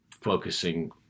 focusing